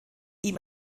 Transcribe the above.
ihm